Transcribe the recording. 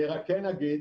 אני רק כן אגיד